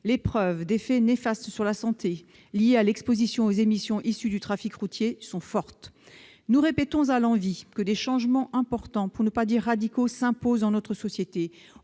les preuves d'effets néfastes sur la santé liés à l'exposition aux émissions issues du trafic routier sont fortes. » Nous répétons à l'envi que des changements importants, pour ne pas dire radicaux, s'imposent dans notre société.